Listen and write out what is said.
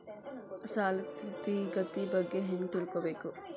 ಸಾಲದ್ ಸ್ಥಿತಿಗತಿ ಬಗ್ಗೆ ಹೆಂಗ್ ತಿಳ್ಕೊಬೇಕು?